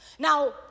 Now